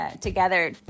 together